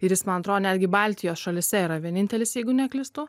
ir jis man atrodo netgi baltijos šalyse yra vienintelis jeigu neklystu